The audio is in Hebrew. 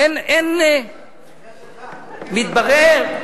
אין, מתברר,